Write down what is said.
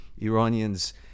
Iranians